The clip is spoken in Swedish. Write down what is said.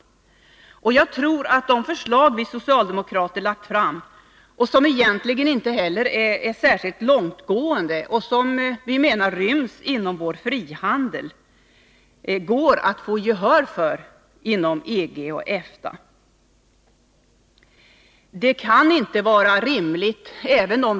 Jag tror att det inom EG-EFTA går att få gehör för de förslag vi socialdemokrater lagt fram, vilka förslag egentligen inte är särskilt långtgående och som enligt vår mening ryms inom vår frihandel.